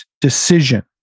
decision